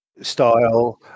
style